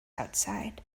outside